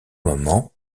moment